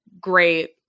great